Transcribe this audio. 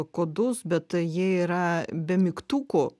kodus bet jie yra be mygtukų